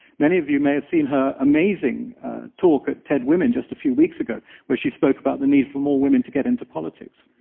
many of you may have seen her amazing talk at tedwomen just a few weeks ago where she spoke about the need for more women to get into politics.